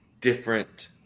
different